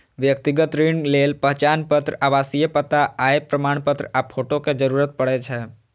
व्यक्तिगत ऋण लेल पहचान पत्र, आवासीय पता, आय प्रमाणपत्र आ फोटो के जरूरत पड़ै छै